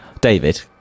David